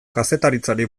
kazetaritzari